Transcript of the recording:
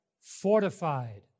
fortified